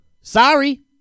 sorry